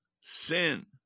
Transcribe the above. sin